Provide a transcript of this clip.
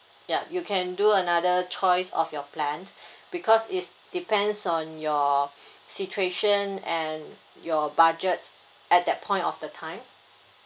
ya you can do another choice of your plan because it depends on your situation and your budget at that point of the time